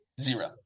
Zero